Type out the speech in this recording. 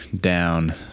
down